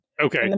Okay